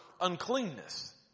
uncleanness